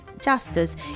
Justice